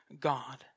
God